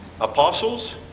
Apostles